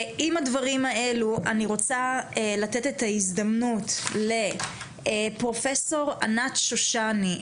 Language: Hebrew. עם הדברים האלו אני רוצה לתת את ההזדמנות לפרופסור ענת שושני,